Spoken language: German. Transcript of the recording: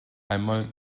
einmal